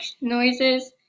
noises